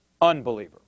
unbeliever